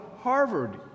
Harvard